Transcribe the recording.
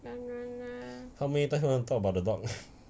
当然 ah